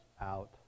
out